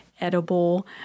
edible